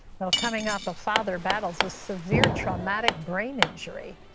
well coming up, a father battles a severe traumatic brain injury.